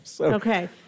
Okay